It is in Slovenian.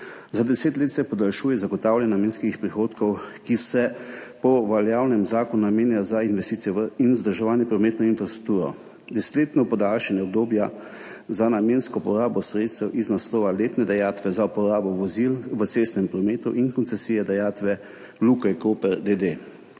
Za 10 let se podaljšuje zagotavljanje namenskih prihodkov, ki se po veljavnem zakonu namenjajo za investicije v in vzdrževanje prometne infrastrukture. Desetletno podaljšanje obdobja za namensko porabo sredstev iz naslova letne dajatve za uporabo vozil v cestnem prometu in koncesije dajatve Luke Koper, d.